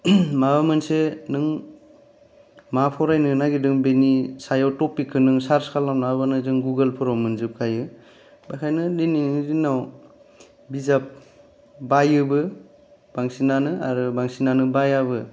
माबा मोनसे नों मा फरायनो नागिरदों बेनि सायाव टपिकखौ नों सार्स खालामना होबानो जों गुगोलफोराव मोनजोबखायो बेनिखायनो दिनै जोंनाव बिजाब बायोबो बांसिनानो आरो बांसिनानो बायाबो